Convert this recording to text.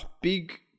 big